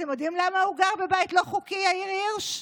אתם יודעים למה הוא גר בבית לא חוקי, יאיר הירש?